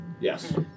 Yes